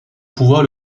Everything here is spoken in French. pouvoir